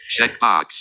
Checkbox